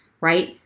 right